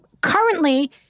currently